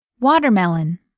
Watermelon